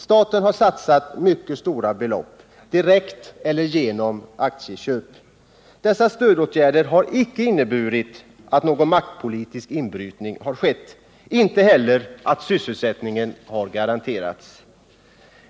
Staten har satsat mycket stora belopp, direkt eller genom aktieköp. Dessa stödåtgärder har icke inneburit någon maktpolitisk inbrytning och inte heller att sysselsättningen har garanterats.